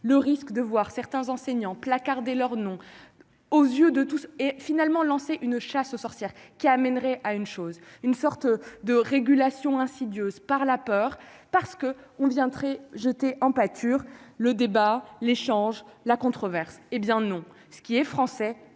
le risque de voir certains enseignants placarder leurs noms aux yeux de tous et finalement lancé une chasse aux sorcières qui amènerait à une chose, une sorte de régulation insidieuse par la peur parce qu'on vient très jetés en pâture le débat, l'échange, la controverse, hé bien non, ce qui est français,